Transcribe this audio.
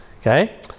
Okay